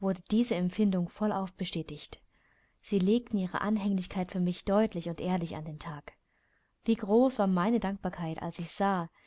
wurde diese empfindung vollauf bestätigt sie legten ihre anhänglichkeit für mich deutlich und ehrlich an den tag wie groß war meine dankbarkeit als ich sah